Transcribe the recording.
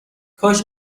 کاش